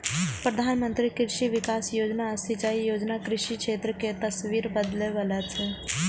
प्रधानमंत्री कृषि विकास योजना आ सिंचाई योजना कृषि क्षेत्र के तस्वीर बदलै बला छै